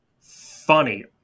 funny